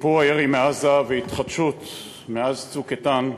סיפור הירי מעזה והתחדשות הירי מאז "צוק איתן"